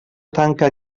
tanca